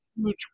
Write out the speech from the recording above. huge